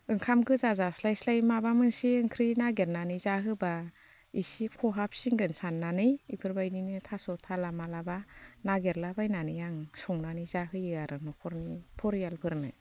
ओंखामगोजा जास्लायस्लाय माबा मोनसे ओंख्रि नागिरनानै जाहोब्ला इसे खहाबसिनगोन साननानै इफोरबायदि थास' थाला माब्लाबा नागिरलाबायनानै आं संनानै जाहोयो आरो न'खरनि फरियालफोरनो